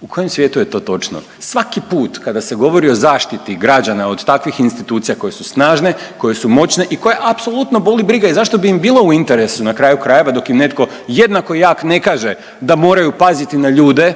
U kojem svijetu je to točno? Svaki put kada se govori o zaštiti građana od takvih institucija koje su snažne, koje su moćne i koje apsolutno boli briga i zašto bi im bilo u interesu na kraju krajeva dok im netko jednako jak ne kaže da moraju paziti na ljude